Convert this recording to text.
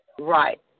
Right